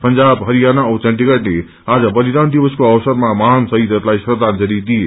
पंजाब हरियाणा औ चण्डीगढ़ले आज बलिदान दिवसको अवसरमा महान शहीदहरूलाई श्रदाजजंली दिए